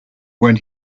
when